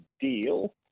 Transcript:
Deal